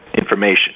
information